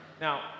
Now